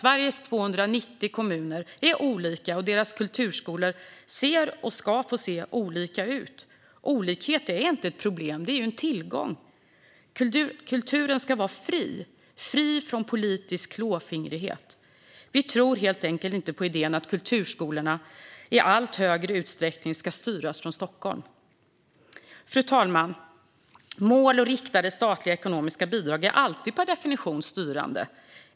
Sveriges 290 kommuner är olika, och deras kulturskolor ser, och ska få se, olika ut. Olikhet är inte ett problem; det är en tillgång. Kulturen ska vara fri från politisk klåfingrighet. Vi tror helt enkelt inte på idén att kulturskolorna i allt större utsträckning ska styras från Stockholm. Fru talman! Mål och riktade statliga ekonomiska bidrag är alltid per definition styrande.